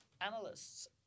analysts